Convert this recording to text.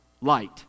light